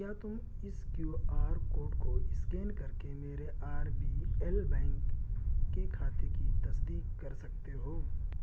کیا تم اس کیو آر کوڈ کو اسکین کر کے میرے آر بی ایل بینک کے کھاتے کی تصدیق کر سکتے ہو